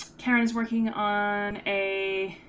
scare is working on a